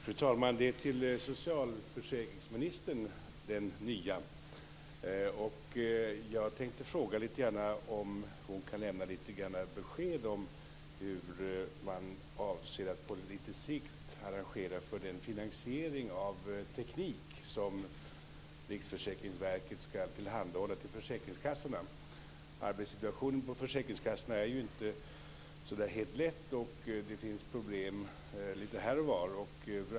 Fru talman! Jag ska rikta mig till den nya socialförsäkringsministern. Jag vill fråga om hon kan lämna lite grann besked om hur man avser att på lite sikt arrangera för den finansiering av teknik som Riksförsäkringsverket ska tillhandahålla försäkringskassorna. Arbetssituationen på försäkringskassorna är ju inte så där helt lätt, och det finns problem lite här och var.